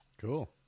Cool